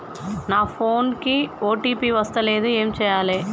నా ఫోన్ కి ఓ.టీ.పి వస్తలేదు ఏం చేయాలే?